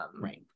Right